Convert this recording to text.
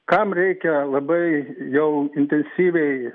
kam reikia labai jau intensyviai